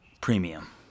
premium